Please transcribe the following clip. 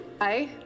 Hi